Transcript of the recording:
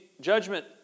judgment